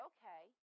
Okay